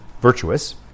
virtuous